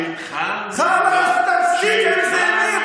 כשהתחלנו לעשות הפגנה, חלאס, תפסיק עם זה.